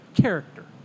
Character